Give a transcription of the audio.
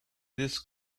this